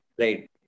Right